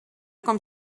com